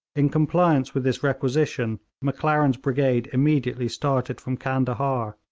in compliance with this requisition, maclaren's brigade immediately started from candahar,